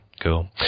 cool